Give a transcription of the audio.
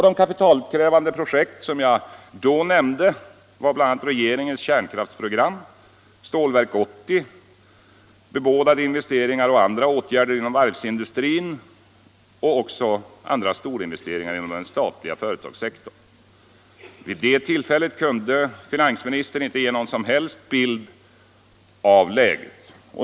De kapitalkrävande projekt som jag då nämnde var bl.a. regeringens kärnkraftsprogram, Stålverk 80, bebådade investeringar och andra åtgärder inom varvsindustrin och också andra storinvesteringar inom den statliga företagssektorn. Vid det tillfället kunde finansministern inte ge någon som helst bild av läget.